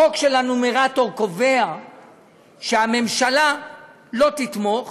החוק של הנומרטור קובע שהממשלה לא תתמוך